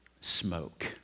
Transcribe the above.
smoke